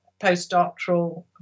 postdoctoral